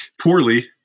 poorly